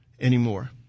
anymore